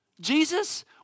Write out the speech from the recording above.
Jesus